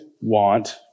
want